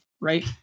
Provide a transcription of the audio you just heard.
Right